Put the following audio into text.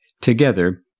together